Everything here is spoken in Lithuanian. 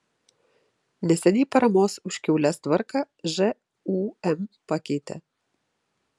neseniai paramos už kiaules tvarką žūm pakeitė